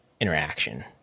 interaction